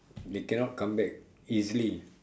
they cannot come back easily